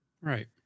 Right